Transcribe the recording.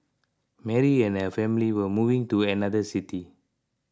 Mary and her family were moving to another city